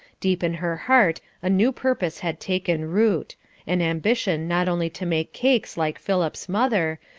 deep in her heart a new purpose had taken root an ambition not only to make cakes like philip's mother,